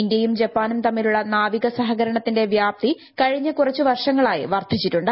ഇന്തൃയും ജപ്പാനും തമ്മിലുള്ള നാവിക സഹകരണത്തിന്റെ വ്യാപ്തി കഴിഞ്ഞ കുറച്ചുവർഷങ്ങളായി വർദ്ധിച്ചിട്ടുണ്ട്